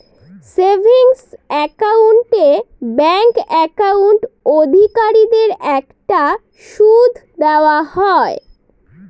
savings account এ bank account অধিকারীদের একটা সুদ দেওয়া হয়